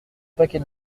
paquet